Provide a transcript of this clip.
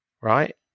right